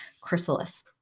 chrysalis